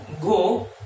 go